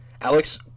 Alex